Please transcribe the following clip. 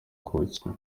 kuwukina